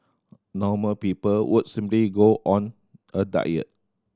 normal people would simply go on a diet